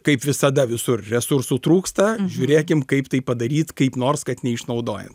kaip visada visur resursų trūksta žiūrėkim kaip tai padaryt kaip nors kad neišnaudojam